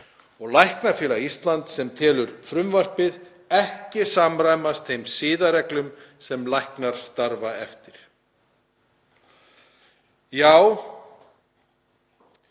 Læknafélag Íslands sem telur frumvarpið „ekki samræmast þeim siðareglum sem læknar starfa eftir.““ Já,